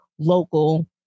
local